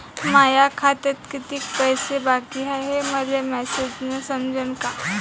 माया खात्यात कितीक पैसे बाकी हाय हे मले मॅसेजन समजनं का?